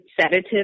sedative